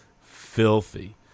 filthy